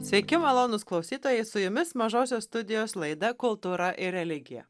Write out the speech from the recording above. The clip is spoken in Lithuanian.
sveiki malonūs klausytojai su jumis mažosios studijos laida kultūra ir religija